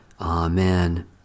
Amen